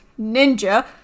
Ninja